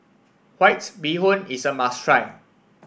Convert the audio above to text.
White Bee Hoon is a must try